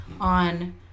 on